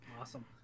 Awesome